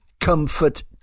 comfort